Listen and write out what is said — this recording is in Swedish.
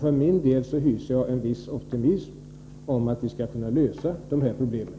För min del hyser jag en viss optimism om att vi skall kunna lösa problemen.